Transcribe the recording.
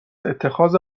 اتخاذ